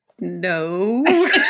No